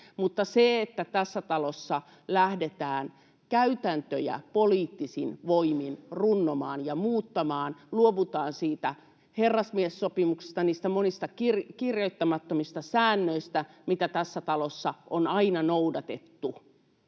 Mutta sitä, että tässä talossa lähdetään käytäntöjä poliittisin voimin runnomaan ja muuttamaan, luovutaan siitä herrasmiessopimuksesta, niistä monista kirjoittamattomista säännöistä, mitä tässä talossa on aina noudatettu,